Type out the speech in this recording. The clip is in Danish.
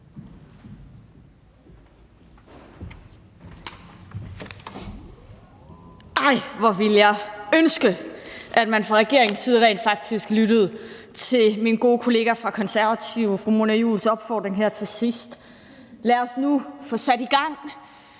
Nej, hvor ville jeg ønske, at man fra regeringens side rent faktisk lyttede til min gode kollega fra Konservative fru Mona Juuls opfordring her til sidst. Lad os nu få sat det i gang.